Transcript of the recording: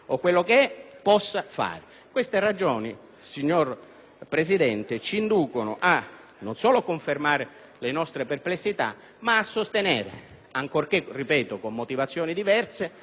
Presidente, ci inducono non solo a confermare le nostre perplessità, ma a sostenere, ancorché con motivazioni diverse, la richiesta che i colleghi del Partito Democratico